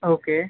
okay